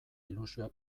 ilusioa